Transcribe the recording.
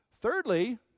Thirdly